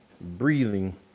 breathing